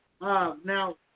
now